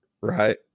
right